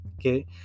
Okay